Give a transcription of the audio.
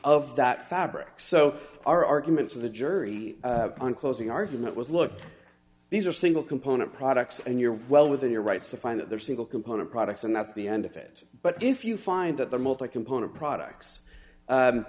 of that fabric so our argument to the jury on closing argument was look these are single component products and you're well within your rights to find that they're single component products and that's the end of it but if you find that the multi component products